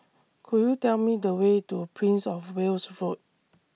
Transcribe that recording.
Could YOU Tell Me The Way to Prince of Wales Road